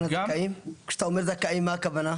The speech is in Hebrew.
כשאתה אומרת זכאים, מה הכוונה?